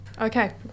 Okay